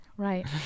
Right